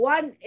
One